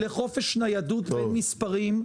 והסטנדרטים החרדיים הם אחרים.